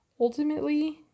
ultimately